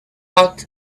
out